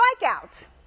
strikeouts